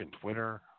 Twitter